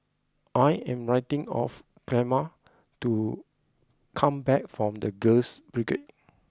I am waiting of Clemma to come back from The Girls Brigade